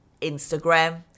Instagram